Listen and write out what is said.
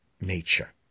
nature